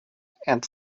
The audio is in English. and